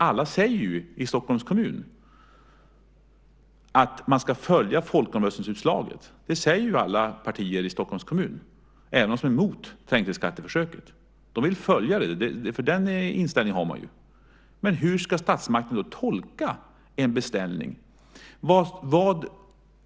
Alla partier i Stockholms kommun säger att man ska följa folkomröstningsutslaget - även de som är emot trängselskatteförsöket. De vill följa utslaget; den inställningen har de. Men hur ska statsmakten då tolka en beställning?